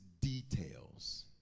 details